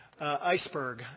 iceberg